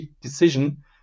decision